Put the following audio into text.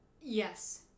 Yes